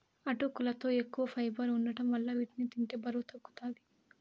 అటుకులలో ఎక్కువ ఫైబర్ వుండటం వలన వీటిని తింటే బరువు తగ్గుతారు